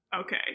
okay